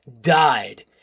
died